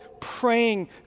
praying